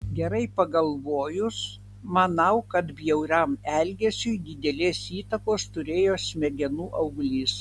gerai pagalvojus manau kad bjauriam elgesiui didelės įtakos turėjo smegenų auglys